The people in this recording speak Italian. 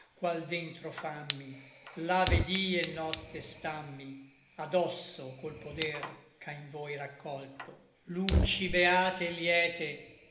qual dentro fammi là ve dí et notte stammi adosso col poder ch'à in voi raccolto luci beate et liete